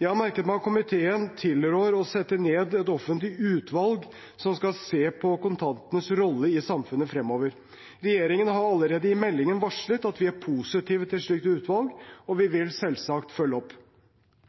Jeg har merket meg at komiteen tilrår å sette ned et offentlig utvalg som skal se på kontantenes rolle i samfunnet fremover. Regjeringen har allerede i meldingen varslet at vi er positive til et slikt utvalg, og vi vil selvsagt følge opp.